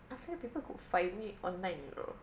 after that people could find me online you know